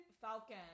Falcon